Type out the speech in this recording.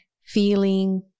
feeling